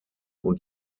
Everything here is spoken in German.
und